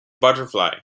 butterfly